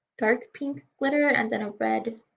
dark pink glitter, and then a red.